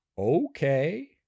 okay